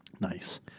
Nice